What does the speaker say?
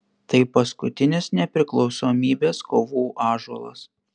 tai paskutinis nepriklausomybės kovų ąžuolas